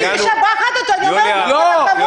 אני משבחת אותו, אני אומרת כל הכבוד.